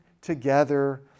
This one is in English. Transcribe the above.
together